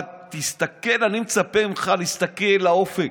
אבל תסתכל, אני מצפה ממך להסתכל לאופק